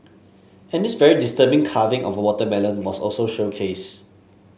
and this very disturbing carving of a watermelon was also showcased